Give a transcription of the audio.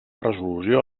resolució